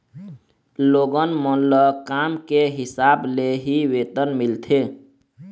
लोगन मन ल काम के हिसाब ले ही वेतन मिलथे